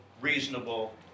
reasonable